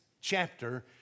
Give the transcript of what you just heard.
chapter